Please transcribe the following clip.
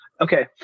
Okay